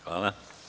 Hvala.